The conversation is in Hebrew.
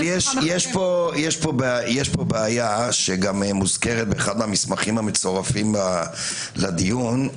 יש פה בעיה שגם מוזכרת באחד המסמכים המצורפים לדיון,